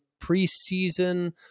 preseason